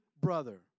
brother